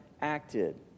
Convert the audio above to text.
acted